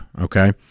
okay